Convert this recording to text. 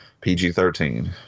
PG-13